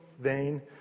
vein